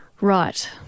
Right